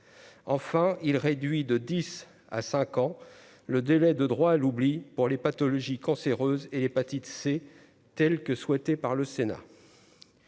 enfin il réduit de 10 à 5 ans le délai de droit à l'oubli pour les pathologies cancéreuses et l'hépatite C, telle que souhaitée par le Sénat.